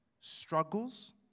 struggles